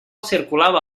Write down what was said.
circulava